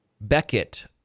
Beckett